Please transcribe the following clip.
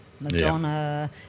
Madonna